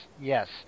yes